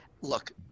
Look